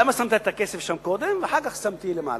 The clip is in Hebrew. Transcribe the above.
למה שמת את הכסף קודם שם ואחר כך שמת למעלה?